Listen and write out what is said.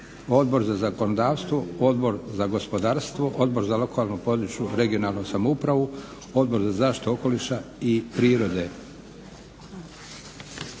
Odbor za zakonodavstvo, Odbor za gospodarstvo, Odbor za lokalnu, područnu (regionalnu) samoupravu, Odbor za zaštitu okoliša i prirode.